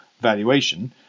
valuation